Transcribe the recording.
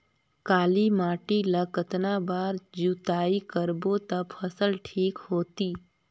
काली माटी ला कतना बार जुताई करबो ता फसल ठीक होती?